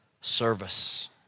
Service